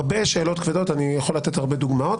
הרבה שאלות כבדות, ואני יכול לתת דוגמות.